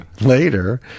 later